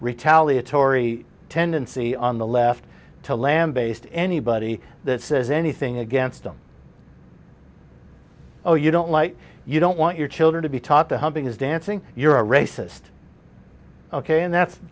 retaliatory tendency on the left to lambaste anybody that says anything against them or you don't like you don't want your children to be taught the humping is dancing you're a racist ok and that's